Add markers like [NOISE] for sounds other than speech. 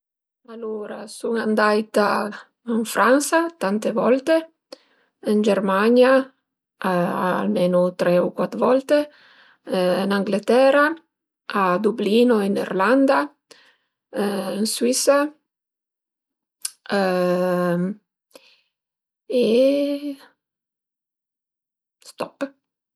Alura sun andaita ën Fransa tante volte, ën Germania almenu tre u cuat volte, ën Angletera, a Dublino ën Irlanda, ën Suisa [HESITATION] e stop